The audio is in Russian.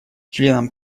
членам